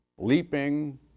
leaping